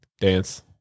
dance